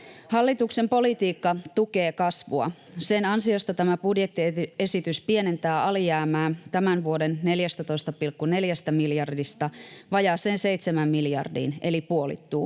Hallituksen politiikka tukee kasvua. Sen ansiosta tämä budjettiesitys pienentää alijäämää tämän vuoden 14,4 miljardista vajaaseen seitsemään miljardiin, eli alijäämä